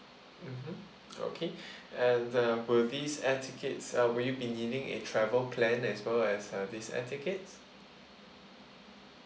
mmhmm okay and uh will this air tickets uh you will be needing a travel plan as well as uh this air tickets